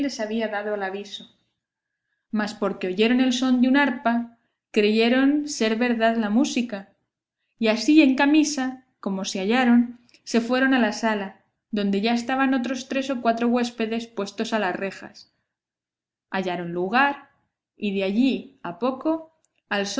les había dado el aviso mas porque oyeron el son de una arpa creyeron ser verdad la música y así en camisa como se hallaron se fueron a la sala donde ya estaban otros tres o cuatro huéspedes puestos a las rejas hallaron lugar y de allí a poco